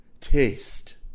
taste